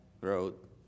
wrote